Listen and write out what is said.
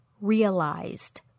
realized